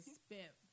spent